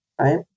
right